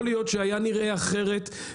יכול להיות שהיה נראה אחרת,